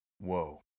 Whoa